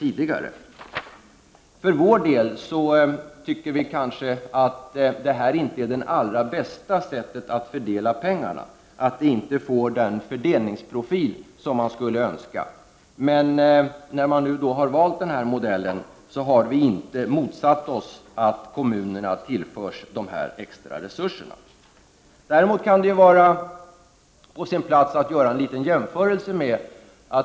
Vi för vår del tycker kanske att det här inte är det allra bästa sättet att fördela pengarna. Man får inte den fördelningsprofil som man skulle önska. Men man har nu alltså valt den här modellen, och vi har då inte motsatt oss att kommunerna tillförs dessa extra resurser. Det kan vara på sin plats att göra en jämförelse här.